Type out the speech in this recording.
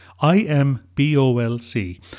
I-M-B-O-L-C